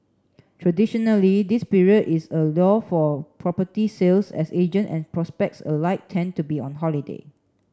traditionally this period is a lull for property sales as agent and prospects alike tend to be on holiday